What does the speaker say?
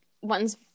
one's